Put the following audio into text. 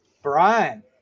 Brian